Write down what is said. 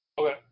Okay